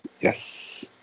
Yes